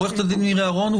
עורכת הדין מירי אהרון,